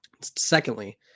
Secondly